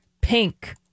pink